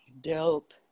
Dope